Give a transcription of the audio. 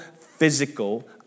physical